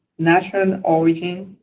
national um origin,